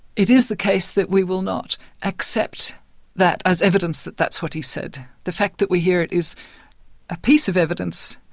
it is the case that we will not accept that as evidence that that's what he said. the fact that we hear it is a piece of evidence,